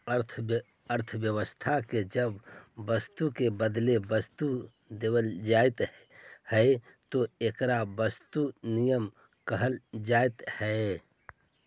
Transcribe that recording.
अर्थव्यवस्था में जब वस्तु के बदले वस्तु देल जाऽ हई तो एकरा वस्तु विनिमय कहल जा हई